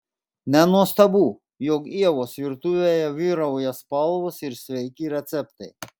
nenuostabu jog ievos virtuvėje vyrauja spalvos ir sveiki receptai